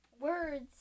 words